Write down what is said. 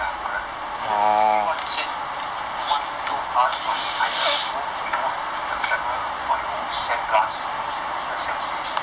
ya correct basically what he said from what he told us was either you remove the camera or you sand blast the 相机